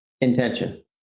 intention